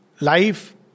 life